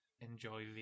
enjoy